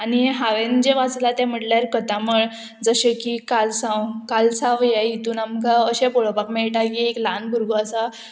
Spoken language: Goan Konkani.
आनी हांवेंन जें वाचलां तें म्हटल्यार कथामळ जशें की कालसांव कालसांव ह्या हितून आमकां अशें पळोवपाक मेळटा की एक ल्हान भुरगो आसा